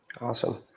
Awesome